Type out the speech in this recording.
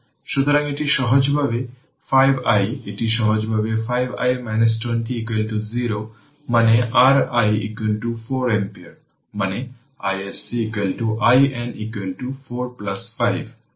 সুতরাং এটি সহজভাবে 5 i এটি সহজভাবে 5 i 20 0 মানে r i 4 অ্যাম্পিয়ার মানে iSC IN 4 5 মানে 9 অ্যাম্পিয়ার